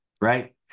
Right